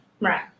Right